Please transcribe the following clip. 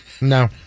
No